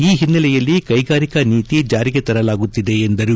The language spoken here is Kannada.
ಈ ಹಿನ್ನೆಲೆಯಲ್ಲಿ ಕೈಗಾರಿಕಾ ನೀತಿ ಜಾರಿಗೆ ತರಲಾಗುತ್ತಿದೆ ಎಂದರು